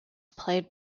played